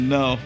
no